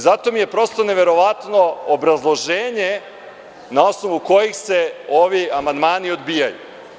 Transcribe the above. Zato mi je prosto neverovatno obrazloženje na osnovu kog se ovi amandmani odbijaju.